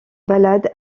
balade